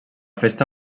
festa